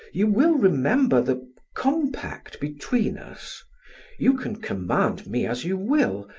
you will remember the compact between us you can command me as you will.